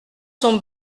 sont